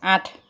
আঠ